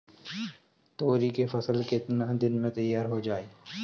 तोरी के फसल केतना दिन में तैयार हो जाई?